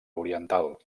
oriental